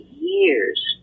years